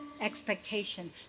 expectation